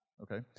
Okay